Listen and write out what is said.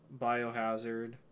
Biohazard